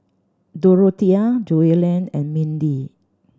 Dorothea Joellen and Mindi